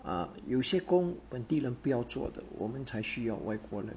uh 有些工本地人不要做的我们才需要外国人